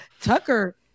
Tucker